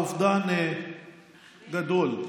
האובדן גדול,